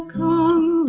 come